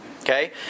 Okay